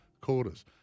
quarters